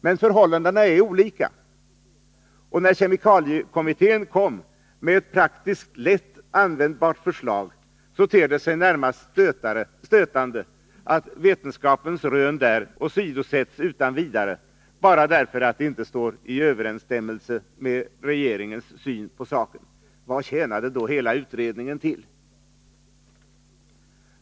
Men förhållandena är olika, och när kemikaliekommittén kom med ett praktiskt, lätt användbart förslag, ter det sig närmast stötande att vetenskapens rön där åsidosätts utan vidare, bara därför att de inte står i överensstämmelse med regeringens syn på saken. Vad tjänade då hela utredningen till?